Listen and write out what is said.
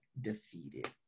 defeated